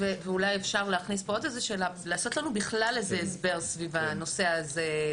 ואולי גם לתת לנו הסבר בכלל סביב הנושא הזה.